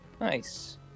Nice